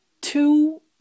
two